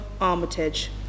Armitage